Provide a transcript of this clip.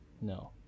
No